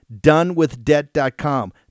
donewithdebt.com